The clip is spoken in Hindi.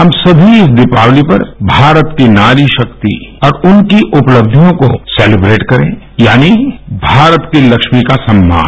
हम सभी इस दीपावली पर भारत की नारी शक्ति और उनकी उपलक्षियों को सेलिब्रेट करें यानी भारत की लक्ष्मी का सम्मान